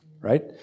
right